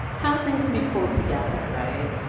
how things can be pulled together, right.